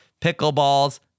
Pickleball's